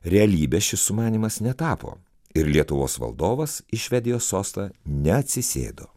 realybe šis sumanymas netapo ir lietuvos valdovas į švedijos sostą neatsisėdo